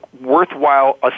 worthwhile